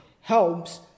helps